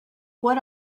what